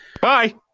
Bye